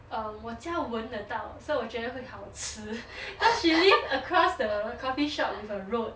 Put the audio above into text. um 我家闻得到 so 我觉得会好吃 cause she lives across the coffee shop with a road